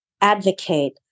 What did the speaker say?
advocate